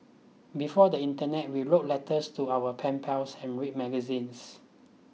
before the Internet we wrote letters to our pen pals and read magazines